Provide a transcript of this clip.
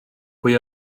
pwy